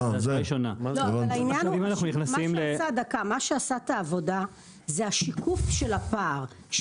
העניין הוא, מה שעשה את העבודה זה השיקוף של הפער.